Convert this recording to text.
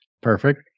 perfect